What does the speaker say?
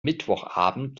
mittwochabend